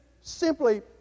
simply